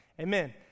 amen